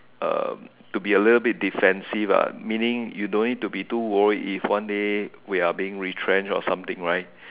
um to be a little bit defensive ah meaning you don't need to be too worried if one day we are being retrenched or something right